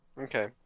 Okay